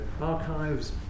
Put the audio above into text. archives